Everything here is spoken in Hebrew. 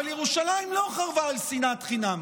אבל ירושלים לא חרבה על שנאת חינם,